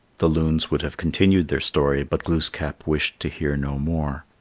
the loons would have continued their story, but glooskap wished to hear no more.